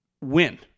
win